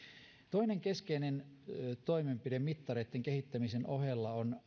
toinen keskeinen toimenpide mittareitten kehittämisen ohella on